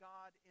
God